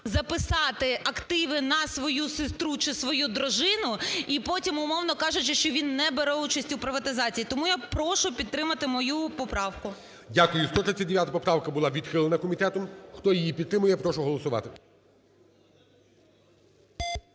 записати активи на свою сестру чи свою дружину, і потім, умовно кажучи, що він не бере участь у приватизації. Тому я прошу підтримати мою поправку. ГОЛОВУЮЧИЙ. Дякую. 139 поправка була відхилена комітетом. Хто її підтримує, я прошу голосувати.